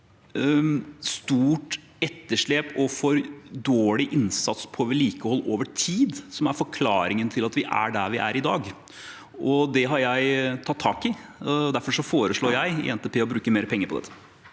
stort etterslep og for dårlig innsats på vedlikehold over tid som er forklaringen på at vi er der vi er i dag. Det har jeg tatt tak i, og derfor foreslår jeg å bruke mer penger på dette